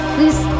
Please